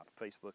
Facebook